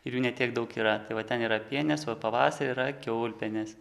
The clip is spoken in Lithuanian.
ir jų ne tiek daug yra tai va ten yra pienės o pavasarį yra kiaulpienės